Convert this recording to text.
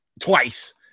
twice